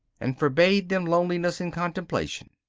and forbade them loneliness and contemplation.